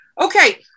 okay